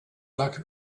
luck